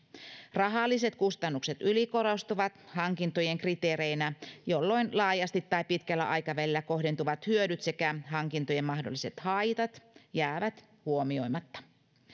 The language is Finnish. rahalliset kustannukset ylikorostuvat hankintojen kriteereinä jolloin laajasti tai pitkällä aikavälillä kohdentuvat hyödyt sekä hankintojen mahdolliset haitat jäävät huomioimatta